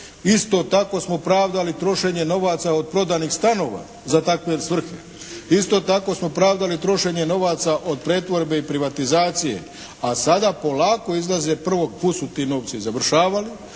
Isto tako smo pravdali trošenje novaca od prodanih stanova za takve svrhe. Isto tako smo pravdali trošenje novaca od pretvorbe i privatizacije, a sada polako izlaze prvo kud su ti novci završavali,